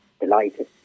delighted